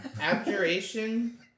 Abjuration